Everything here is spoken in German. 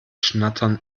schnattern